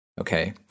okay